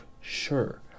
sure